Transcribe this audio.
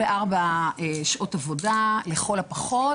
שעות עבודה לכל הפחות.